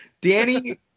danny